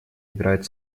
играет